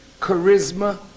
charisma